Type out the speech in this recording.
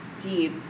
deep